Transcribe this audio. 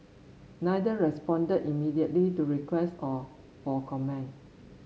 neither respond immediately to requests of for comment